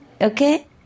Okay